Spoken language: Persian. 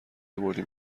بردیم